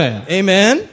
Amen